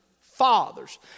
fathers